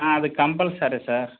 అది compulsory sir